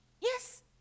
Yes